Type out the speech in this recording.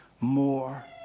more